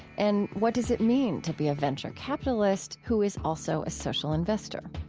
and what does it mean to be a venture capitalist who is also a social investor?